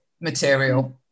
material